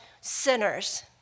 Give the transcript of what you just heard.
sinners